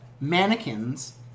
mannequins